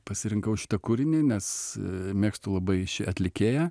pasirinkau šitą kūrinį nes mėgstu labai šį atlikėją